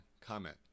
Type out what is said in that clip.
comment